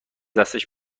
دست